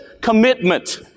commitment